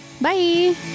Bye